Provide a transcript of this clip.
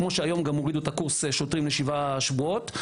כמו שהיום גם הורידו את קורס השוטרים לשבעה שבועות.